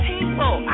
People